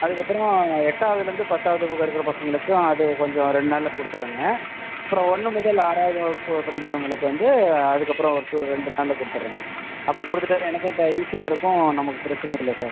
அதுக்கப்புறம் எட்டாவதுலிருந்து பத்தாவதில் இருக்கிற பசங்களுக்கும் அது கொஞ்சம் ரெண்டு நாளில் கொடுத்துட்றேங்க அப்புறம் ஒன்று முதல் ஆறாவது வகுப்பு படிக்கிறவங்களுக்கு வந்து அதுக்கப்புறம் ஒரு டூ ரெண்டு நாளில் கொடுத்துட்றேங்க அப்படி கொடுத்துட்டா எனக்கும் இப்போ ஈசியாக இருக்கும் நமக்கும் பிரச்சனை இல்லை சார்